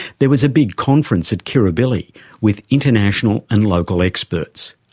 there was a big conference at kirribilli with international and local experts.